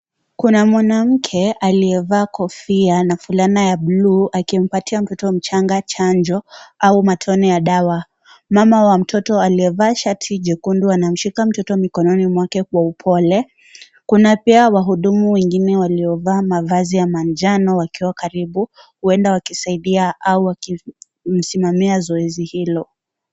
Kuna mwanamke aliyevaa kofia na fulana ya buluu, akimpatia mtoto mchanga chanjo au matone ya dawa. Mama wa mtoto aliyevaa shati jekundu, anamshika mtoto mikononi mwake kwa upole. Kuna pia wahudumu wengine waliovaa mavazi ya manjano, wakiwa karibu, huwenda wakimsaidia au wakisimamia zoezi hilo.